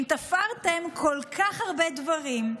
אם תפרתם כל כך הרבה דברים,